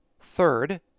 Third